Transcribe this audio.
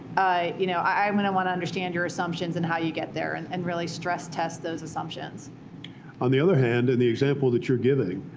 you know i'm going to want to understand your assumptions and how you get there and and really stress test those assumptions. david on the other hand, in the example that you're giving,